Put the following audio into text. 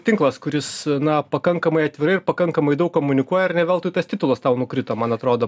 tinklas kuris na pakankamai atvirai ir pakankamai daug komunikuoja ar ne veltui tas titulas tau nukrito man atrodo